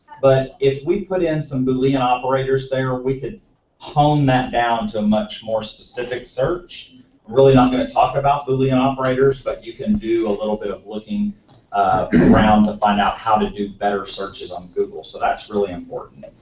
but if we put in some boolean operators there we could hone that down to a much more specific search. i'm really not going to talk about boolean operators. but you can do a little bit of looking around to find out how to do better searches on google. so that's really important.